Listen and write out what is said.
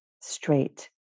straight